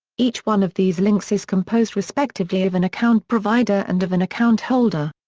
each one of these links is composed respectively of an account provider and of an account holder.